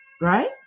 Right